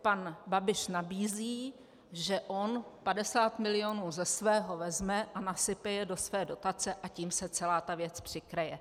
Pan Babiš nabízí, že on 50 mil. ze svého vezme a nasype je do své dotace, a tím se celá ta věc přikryje.